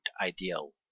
ideal